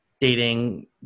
dating